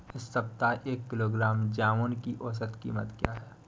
इस सप्ताह एक किलोग्राम जामुन की औसत कीमत क्या है?